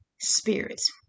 spirits